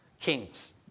kings